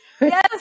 Yes